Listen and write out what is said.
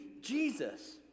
Jesus